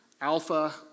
alpha